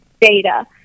data